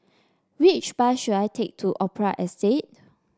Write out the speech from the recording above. which bus should I take to Opera Estate